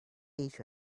eat